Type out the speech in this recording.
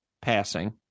passing